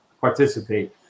participate